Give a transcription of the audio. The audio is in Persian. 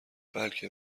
بلکه